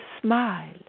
smile